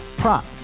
Prop